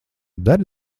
dari